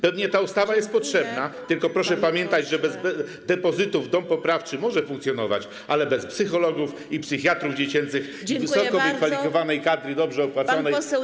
Pewnie ta ustawa jest potrzebna, tylko proszę pamiętać, że bez depozytów dom poprawczy może funkcjonować, ale bez psychologów, psychiatrów dziecięcych i wysoko wykwalifikowanej kadry dobrze opłaconej nie może.